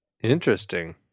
interesting